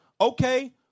okay